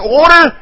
order